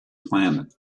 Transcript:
planet